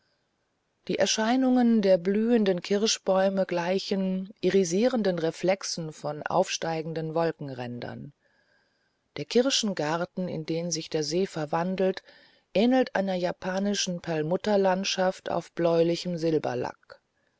die erscheinungen der blühenden kirschbäume gleichen irisierenden reflexen von aufsteigenden wolkenrändern der kirschengarten in den sich der see verwandelt ähnelt einer japanischen perlmutterlandschaft auf bläulichem